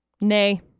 Nay